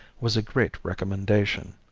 was a great recommendation.